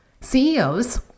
CEOs